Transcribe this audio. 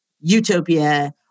utopia